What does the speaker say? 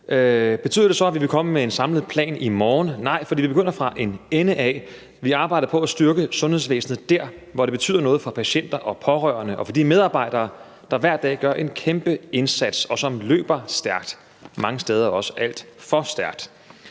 Betyder det så, at vi vil komme med en samlet plan i morgen? Nej, for vi begynder fra en ende af. Vi arbejder på at styrke sundhedsvæsenet der, hvor det betyder noget for patienter og pårørende og for de medarbejdere, der hver dag gør en kæmpe indsats, og som løber stærkt, mange steder også alt for stærkt.